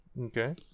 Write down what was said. Okay